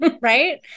right